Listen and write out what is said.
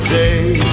day